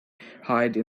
hide